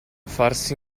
farsi